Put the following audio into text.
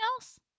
else